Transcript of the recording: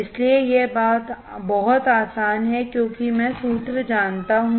इसलिए यह बहुत आसान है क्योंकि मैं सूत्र जानता हूं